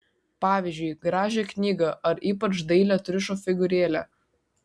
pavyzdžiui gražią knygą ar ypač dailią triušio figūrėlę